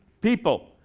people